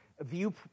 view